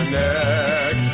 neck